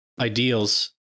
ideals